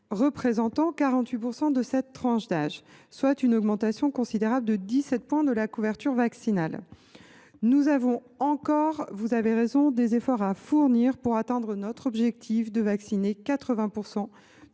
représentant 48 % de cette tranche d’âge – soit une augmentation considérable de 17 points de la couverture vaccinale. Vous avez raison, nous avons encore des efforts à fournir pour atteindre notre objectif de vacciner 80